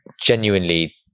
genuinely